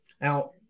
Now